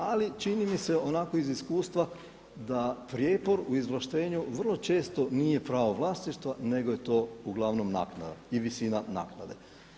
Ali čini mi se onako iz iskustva da prijepor u izvlaštenju vrlo često nije pravo vlasništva nego je to uglavnom naknada i visina naknade.